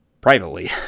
privately